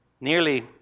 nearly